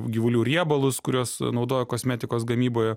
gyvulių riebalus kuriuos naudojo kosmetikos gamyboje